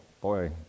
boy